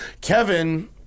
Kevin